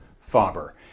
Faber